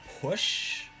push